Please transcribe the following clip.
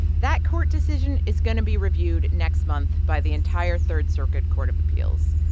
that court decision is going to be reviewed next month by the entire third circuit court of appeals.